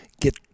get